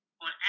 On